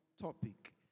topic